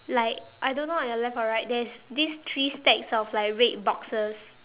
like I don't know on your left or right there's this three stacks of like red boxes